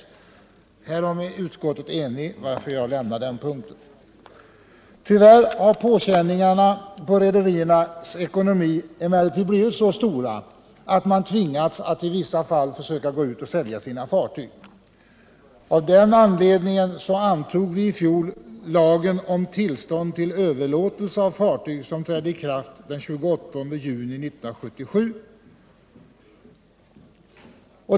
Härom är utskottet enigt, varför jag lämnar den punkten. Tyvärr har påkänningarna på rederiernas ekonomi emellertid blivit så stora att man i vissa fall tvingats att gå ut och försöka sälja sina fartyg. Av den anledningen antog vi i fjol lagen om tillstånd till överlåtelse av fartyg, vilken trädde i kraft den 28 juni 1977.